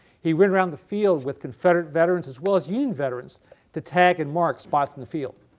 he went around the field with confederate veterans as well as union veterans to tag and mark spots on the field.